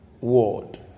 world